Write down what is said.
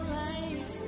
life